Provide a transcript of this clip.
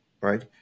right